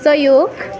सहयोग